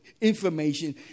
information